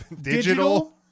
digital